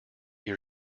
your